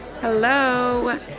Hello